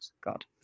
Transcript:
God